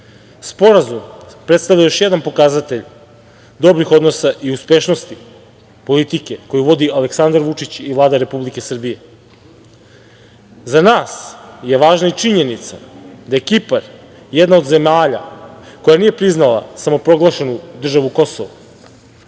Kipar. Sporazum predstavlja još jedan pokazatelj dobrih odnosa i uspešnosti politike koju vodi Aleksandar Vučić i Vlada Republike Srbije.Za nas je važna i činjenica da je Kipar jedna od zemalja koja nije priznala samoproglašenu državu